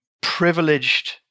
privileged